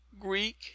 Greek